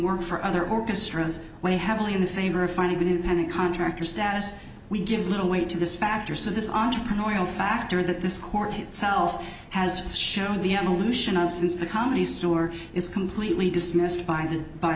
work for other orchestras weigh heavily in favor of finding an independent contractor status we give little weight to this factor so this entrepreneurial factor that this court itself has shown the evolution of since the comedy store is completely dismissed by the b